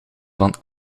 van